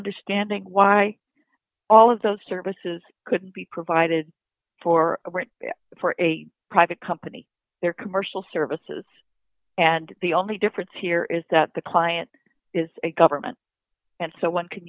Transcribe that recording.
understanding why all of those services could be provided for a private company their commercial services and the only difference here is that the client is a government and so one can